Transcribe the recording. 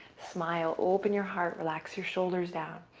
smile. open your heart, relax your shoulders down.